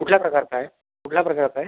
कुठल्या प्रकारचं आहे कुठल्या प्रकारचं आहे